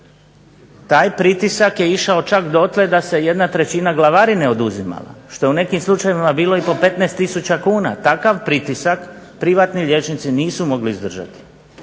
Taj pritisak je išao čak dotle da se jedna trećina glavarine oduzimala što je u nekim slučajevima bilo i po 15000 kuna. Takav pritisak privatni liječnici nisu mogli izdržati